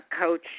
coach